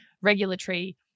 regulatory